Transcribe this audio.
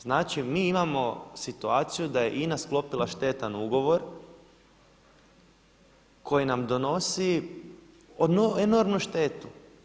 Znači mi imamo situaciju da je INA sklopila štetan ugovor koji nam donosi enormnu štetu.